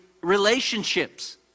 relationships